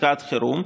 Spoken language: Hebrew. חקיקת חירום,